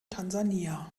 tansania